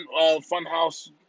Funhouse